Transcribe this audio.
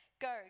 Go